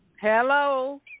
Hello